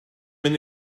mynd